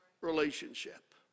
relationship